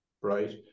right